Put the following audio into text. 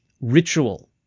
ritual